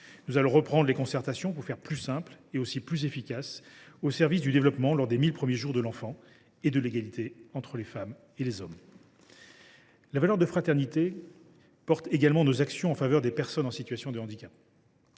Nous allons reprendre les concertations pour faire plus simple et plus efficace, au service du développement lors des 1 000 premiers jours de l’enfant et de l’égalité entre les femmes et les hommes. La valeur de fraternité porte également nos actions en faveur des personnes en situation de handicap.